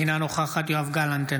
אינה נוכחת יואב גלנט,